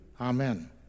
Amen